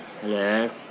Hello